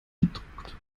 gedruckt